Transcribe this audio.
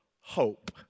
hope